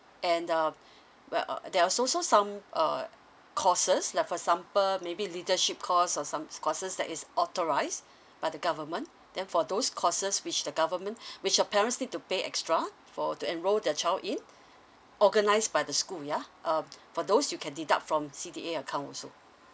and uh uh uh there are also some uh courses like for example maybe leadership course or some courses that is authorized by the government then for those courses which the government which your parents need to pay extra for to enrol the child in organized by the school ya uh for those you can deduct from C_D_A account also